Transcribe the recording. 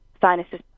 sinuses